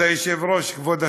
כבוד היושב-ראש, כבוד השר,